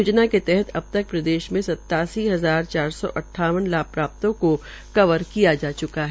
योजना के तहत अब तक प्रदेश मे सत्तासी हजार चार सौ अट्ठावन लाभपात्रों को कवर किया जा चुका है